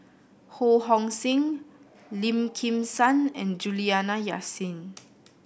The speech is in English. Ho Hong Sing Lim Kim San and Juliana Yasin